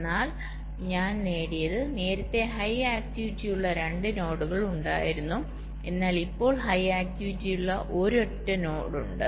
എന്നാൽ ഞാൻ നേടിയത് നേരത്തെ ഹൈ ആക്ടിവിറ്റിയുള്ള 2 നോഡുകൾ ഉണ്ടായിരുന്നു എന്നാൽ ഇപ്പോൾ ഹൈ ആക്ടിവിറ്റിയുള്ള ഒരൊറ്റ നോഡുണ്ട്